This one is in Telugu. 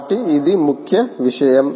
కాబట్టి ఇది ముఖ్య విషయం